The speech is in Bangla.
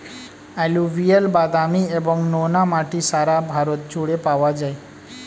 অ্যালুভিয়াল, বাদামি এবং নোনা মাটি সারা ভারত জুড়ে পাওয়া যায়